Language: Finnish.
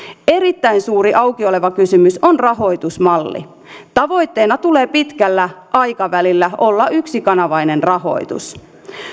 erittäin suuri auki oleva kysymys on rahoitusmalli tavoitteena tulee pitkällä aikavälillä olla yksikanavainen rahoitus